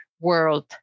world